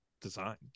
designed